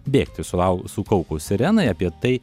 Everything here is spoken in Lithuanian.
bėgti sulau sukaukus sirenai apie tai